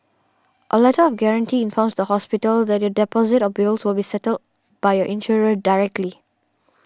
a letter of guarantee informs the hospital that your deposit or bills will be settled by your insurer directly